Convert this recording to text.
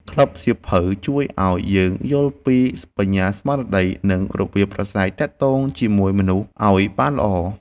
ក្លឹបសៀវភៅជួយឱ្យយើងយល់ពី បញ្ញាស្មារតី និងរបៀបប្រាស្រ័យទាក់ទងជាមួយមនុស្សឱ្យបានល្អ។